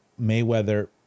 Mayweather